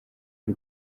y’u